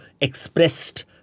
expressed